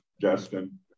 Justin